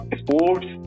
sports